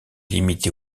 limitée